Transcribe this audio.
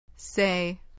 Say